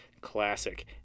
Classic